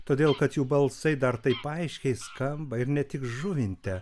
todėl kad jų balsai dar taip aiškiai skamba ir ne tik žuvinte